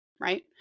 right